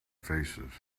faces